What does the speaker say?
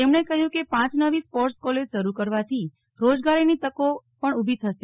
તેમણે કહ્યું કે પ નવી સ્પોર્ટ્સ કોલેજ શરૂ કરવાથી રોજગારી ની તકો પણ ઉત્પન્ન થશે